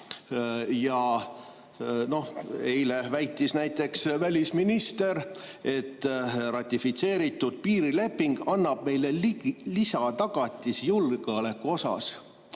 aladest. Eile väitis näiteks välisminister, et ratifitseeritud piirileping annab meile lisatagatise julgeoleku kohta.